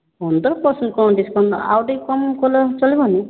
ପନ୍ଦର ପରସେଣ୍ଟ କ'ଣ ଡିସକାଉଣ୍ଟ ଆଉ ଟିକେ କମ୍ କଲେ ଚଳିବନି